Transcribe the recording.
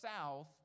south